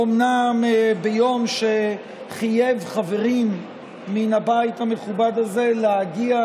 אומנם הוא חייב חברים מן הבית המכובד הזה להגיע